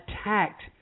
attacked